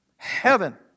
Heaven